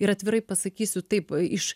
ir atvirai pasakysiu taip iš